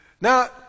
Now